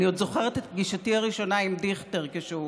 אני עוד זוכרת את פגישתי הראשונה עם דיכטר כשהוא